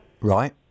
Right